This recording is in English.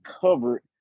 covered